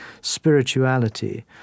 spirituality